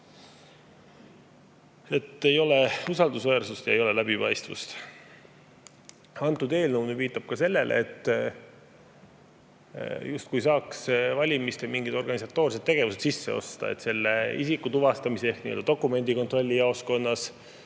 Ei ole usaldusväärsust ja ei ole läbipaistvust. Antud eelnõu viitab ka sellele, justkui saaks valimistel mingid organisatoorsed tegevused sisse osta, et selle isikutuvastamise ja nii-öelda dokumendikontrolli jaoskonnas